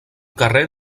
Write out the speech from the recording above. carrer